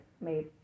made